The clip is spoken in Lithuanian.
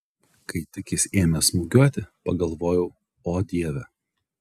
kai tik jis ėmė smūgiuoti pagalvojau o dieve